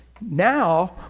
Now